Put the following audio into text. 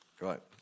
Right